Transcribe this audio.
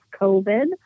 COVID